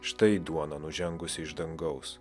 štai duona nužengusi iš dangaus